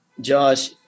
Josh